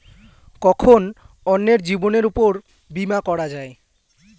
কখন অন্যের জীবনের উপর বীমা করা যায়?